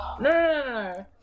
no